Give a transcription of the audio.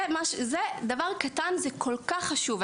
זה דבר קטן וכל-כך חשוב.